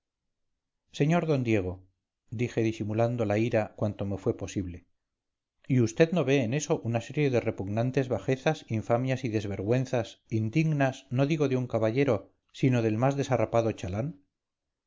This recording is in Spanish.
sr d diego dije disimulando la ira cuanto me fue posible y vd no ve en eso una serie de repugnantes bajezas infamias y desvergüenzas indignas no digo de un caballero sino del más desarrapado chalán